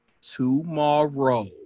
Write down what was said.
tomorrow